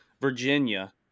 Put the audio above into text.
Virginia